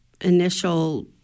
initial